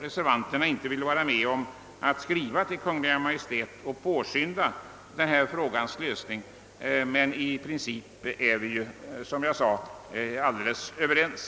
reservanterna inte vill vara med om att skriva till Kungl. Maj:t för att påskynda denna frågas lösning, men i princip är vi, som sagt, alldeles överens.